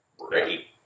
Ready